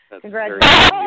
congratulations